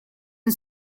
and